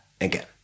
again